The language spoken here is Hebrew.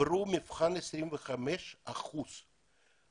את המבחן עברו 25 אחוזים מהניגשים.